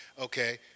okay